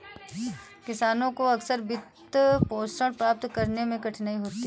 किसानों को अक्सर वित्तपोषण प्राप्त करने में कठिनाई होती है